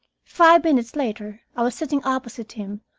five minutes later i was sitting opposite him,